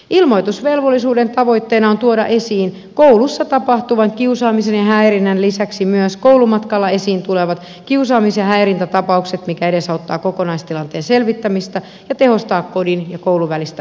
ilmoitusvelvollisuuden tavoitteena on tuoda esiin koulussa tapahtuvan kiusaamisen ja häirinnän lisäksi myös koulumatkalla esiin tulevat kiusaamis ja häirintätapaukset mikä edesauttaa kokonaistilanteen selvittämistä ja tehostaa kodin ja koulun välistä yhteistyötä